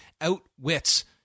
outwits